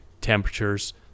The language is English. temperatures